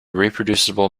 reproducible